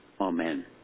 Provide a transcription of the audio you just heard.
Amen